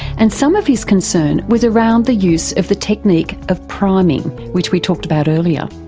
and some of his concern was around the use of the technique of priming which we talked about earlier.